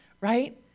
Right